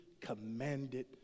commanded